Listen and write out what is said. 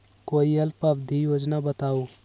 कोई अल्प अवधि योजना बताऊ?